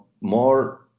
more